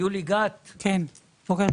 יולי גת, בקשה.